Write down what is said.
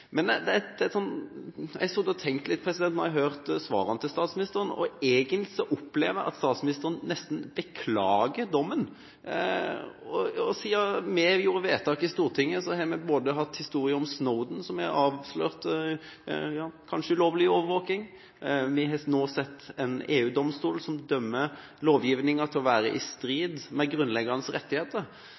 Jeg har sittet og tenkt litt – jeg har hørt svarene fra statsministeren, og egentlig så opplever jeg at statsministeren nesten beklager dommen. Siden vi gjorde vedtaket i Stortinget, har vi hatt historien om Snowden, som har avslørt – ja, kanskje ulovlig – overvåking, og vi har nå sett en EU-domstol som dømmer lovgivinga for å være i strid med grunnleggende rettigheter.